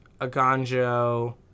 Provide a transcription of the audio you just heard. Aganjo